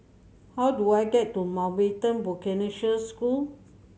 how do I get to Mountbatten Vocational School